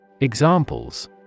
Examples